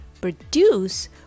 Produce